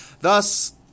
Thus